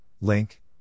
link